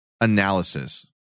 analysis